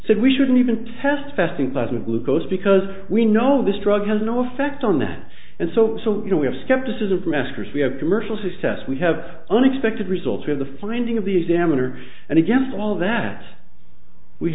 said we shouldn't even test fasting plasma glucose because we know this drug has no effect on that and so you know we have skepticism for masters we have commercial success we have unexpected results where the finding of the examiner and against all of that we